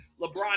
LeBron